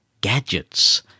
gadgets